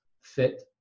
fit